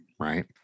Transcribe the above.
Right